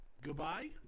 goodbye